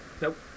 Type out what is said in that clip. Nope